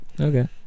Okay